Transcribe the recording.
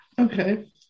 Okay